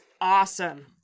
awesome